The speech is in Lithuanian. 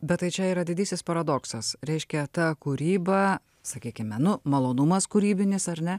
bet tai čia yra didysis paradoksas reiškia ta kūryba sakykime nu malonumas kūrybinis ar ne